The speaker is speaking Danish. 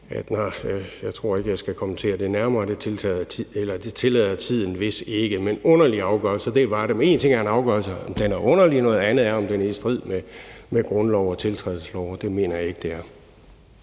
Jeg tror ikke, jeg skal kommentere det nærmere – det tillader tiden vist ikke – men underlige afgørelser var det. Men én ting er, om en afgørelse er underlig, noget andet er, om den er i strid med grundlov og tiltrædelseslov, og det mener jeg ikke det er.